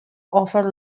offered